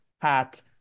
hat